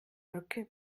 brücke